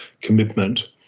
commitment